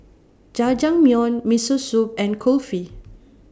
Jajangmyeon Miso Soup and Kulfi